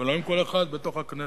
ולא עם כל אחד בתוך הכנסת.